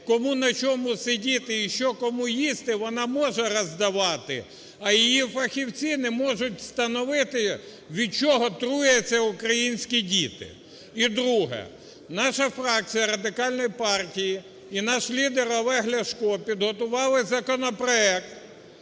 кому на чому сидіти і що кому їсти вона може роздавати, а її фахівці не можуть встановити, від чого труяться українські діти. І друге. Наша фракція Радикальної партії і наш лідер Олег Ляшко підготували законопроект